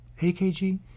AKG